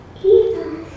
Jesus